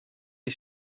die